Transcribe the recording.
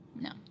no